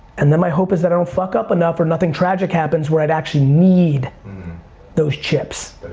and then my hope is that i don't fuck up enough or nothing tragic happens where i'd actually need those chips.